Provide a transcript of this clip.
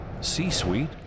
C-Suite